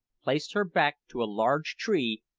placed her back to a large tree,